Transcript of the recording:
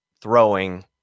throwing